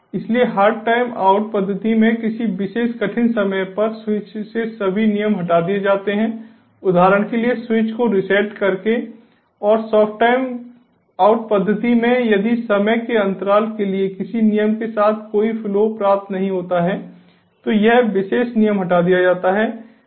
इसलिए hard time out पद्धति में किसी विशेष कठिन समय पर स्विच से सभी नियम हटा दिए जाते हैं उदाहरण के लिए स्विच को रीसेट करके और सॉफ्ट टाइम आउट पद्धति में यदि समय के अंतराल के लिए किसी नियम के साथ कोई फ्लो प्राप्त नहीं होता है तो यह विशेष नियम हटा दिया जाता है